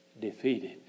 defeated